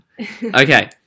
Okay